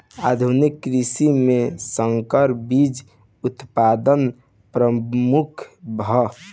आधुनिक कृषि में संकर बीज उत्पादन प्रमुख ह